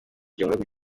bufaransa